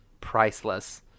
priceless